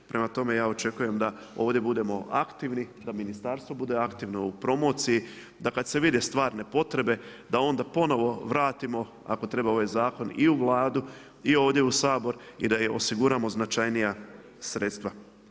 Prema tome, ja očekujem da ovdje budemo aktivni, da ministarstvo bude aktivno u promociji, da kad se vide stvarne potrebe, da onda ponovo vratimo ako treba ovaj zakon i u Vladu i ovdje u Sabor i da joj osiguramo značajnija sredstva.